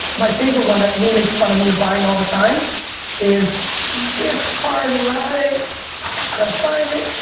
my favorite one that lou makes fun of me of buying all the time is this card right, i gotta find it.